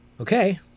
Okay